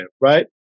right